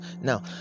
Now